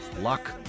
luck